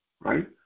right